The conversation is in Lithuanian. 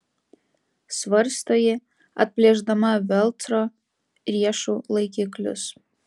svarsto ji atplėšdama velcro riešų laikiklius